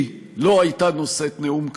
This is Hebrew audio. היא לא הייתה נושאת נאום כזה,